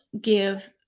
give